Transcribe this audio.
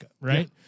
right